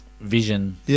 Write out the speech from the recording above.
vision